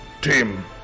team